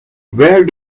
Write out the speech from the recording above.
where